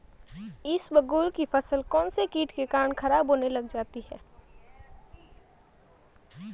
इसबगोल की फसल कौनसे कीट के कारण खराब होने लग जाती है?